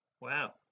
wow